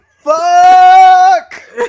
Fuck